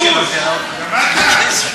קשקוש, הבנת?